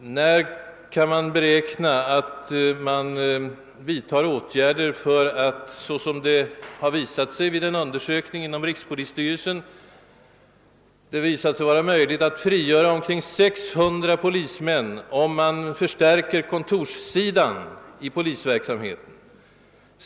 När kan man beräkna att det vidtas åtgärder för att genom förstärkning av kontorssidan inom polisverksamheten åstadkomma ett frigörande av omkring 600 polismän för ordinär polistjänst enligt en inom rikspolisstyrelsen gjord undersökning?